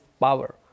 power